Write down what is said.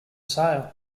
sail